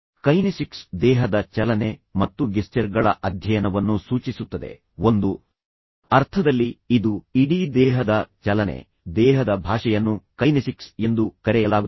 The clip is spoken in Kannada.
ಕೈನೆಸಿಕ್ಸ್ ದೇಹದ ಚಲನೆ ಮತ್ತು ಗೆಸ್ಚರ್ಗಳ ಅಧ್ಯಯನವನ್ನು ಸೂಚಿಸುತ್ತದೆ ಒಂದು ಅರ್ಥದಲ್ಲಿ ಇದು ಇಡೀ ದೇಹದ ಚಲನೆ ದೇಹದ ಭಾಷೆಯನ್ನು ಕೈನೆಸಿಕ್ಸ್ ಎಂದು ಕರೆಯಲಾಗುತ್ತದೆ